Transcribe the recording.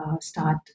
start